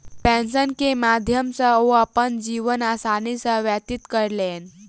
pension के माध्यम सॅ ओ अपन जीवन आसानी सॅ व्यतीत कयलैन